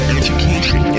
education